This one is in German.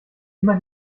immer